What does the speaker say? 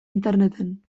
interneten